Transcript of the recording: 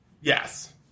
Yes